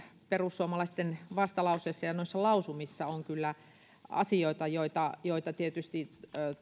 perussuomalaisten vastalauseissa ja noissa lausumissa on kyllä asioita joista tietysti